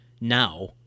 now